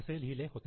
असे लिहिले होते